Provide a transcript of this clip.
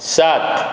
सात